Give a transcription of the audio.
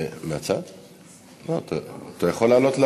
אתה יכול לעלות,